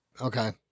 Okay